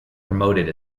promoted